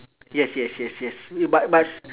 yes yes yes yes we but must